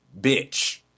bitch